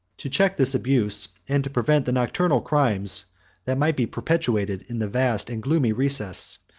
to check this abuse, and to prevent the nocturnal crimes that might be perpetrated in the vast and gloomy recess,